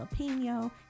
jalapeno